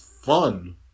fun